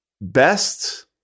best